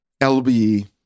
LBE